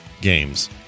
games